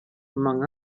among